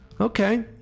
okay